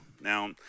Now